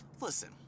listen